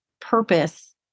purpose